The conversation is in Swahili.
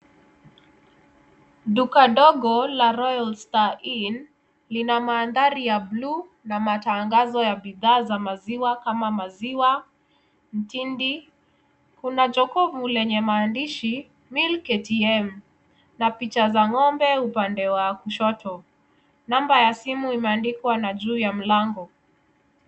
Duka dogo la Royal Star Inn lina mandhari ya buluu na matangazo ya bidhaa za maziwa kama maziwa, mtindi. Kuna jokovu lenye mahandishi milk ATM na picha za ng'ombe upande wa kushoto namba ya simu imeandikwa na juu ya mlango.